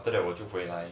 after that 我就回来